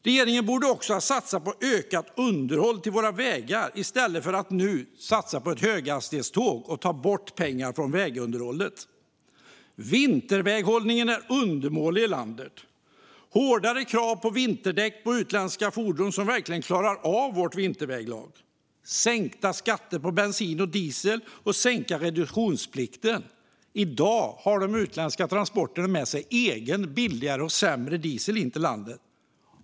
Regeringen borde också ha satsat på ökat underhåll till våra vägar i stället för att som nu satsa på höghastighetståg och ta bort pengar från vägunderhållet. Vinterväghållningen i landet är undermålig. Det behövs hårdare krav på att utländska fordon ska ha vinterdäck som verkligen klarar av vårt vinterväglag. Skatterna på bensin och diesel borde sänkas, liksom reduktionsplikten. I dag har de utländska transporterna med sig egen, billigare och sämre, diesel in i landet.